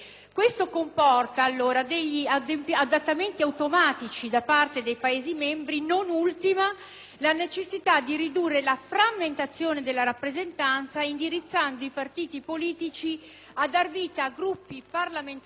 la necessità di ridurre la frammentazione della rappresentanza, indirizzando i partiti politici a dar vita a Gruppi parlamentari più coesi e rappresentativi. Attualmente l'Italia è rappresentata da 18 delegazioni parlamentari,